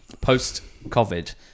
post-COVID